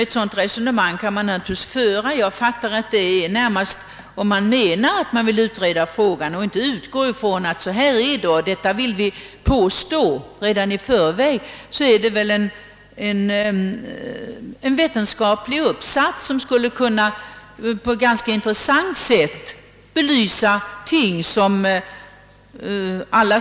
Man kan naturligtvis föra ett sådant resonemang. Om man vill utreda frågan och inte utgå ifrån att det förhåller sig på ett visst sätt redan i förväg är det väl en uppgift för vetenskapen, som här skulle belysa ting av intresse för alla.